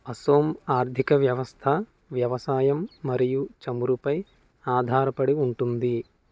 అసోమ్ ఆర్థిక వ్యవస్థ వ్యవసాయం మరియు చమురుపై ఆధారపడి ఉంటుంది